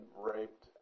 raped